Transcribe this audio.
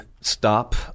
stop